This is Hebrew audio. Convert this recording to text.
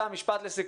יותם, משפט לסיכום.